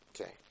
Okay